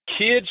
Kids